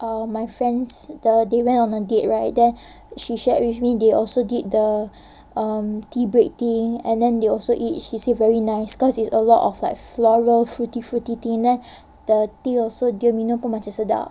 uh my friends they they went on a date right then she shared with me they also did the uh tea break thing and then they also eat she say very nice cause it's a lot of floral fruity fruity tea then the tea also dia minum macam sedap